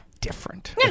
different